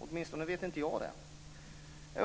Åtminstone vet inte jag det.